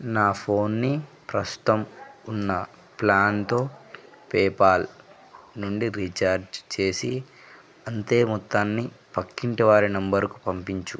నా ఫోన్ని ప్రస్తుతం ఉన్న ప్లాన్తో పేపాల్ నుండి రీఛార్జ్ చేసి అంతే మొత్తాన్ని పక్కింటివారి నెంబర్కు పంపించు